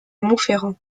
montferrand